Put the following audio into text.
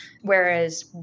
whereas